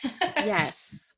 Yes